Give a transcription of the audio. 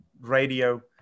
radio